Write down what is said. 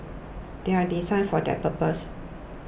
they are designed for that purpose